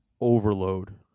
overload